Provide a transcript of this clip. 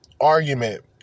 argument